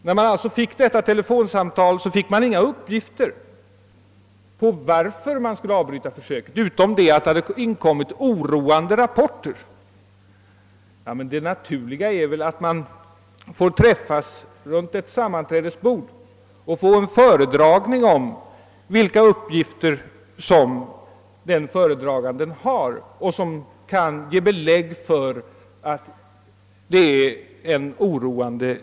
När man fick detta tele fonsamtal fick man inga uppgifter om varför försöket skulle avbrytas, utom den att det hade inkommit oroande rapporter. Det naturliga är väl att man träffas runt ett sammanträdesbord och får en föredragning om de uppgifter som kan ge belägg för att utvecklingen är oroande.